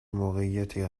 موقعیتی